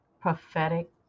Prophetic